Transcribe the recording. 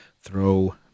throw